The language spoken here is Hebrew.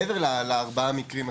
מעבר לארבעת המקרים הספציפיים.